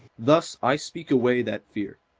thus i speak away that fear.